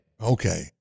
Okay